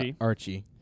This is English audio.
Archie